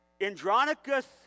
andronicus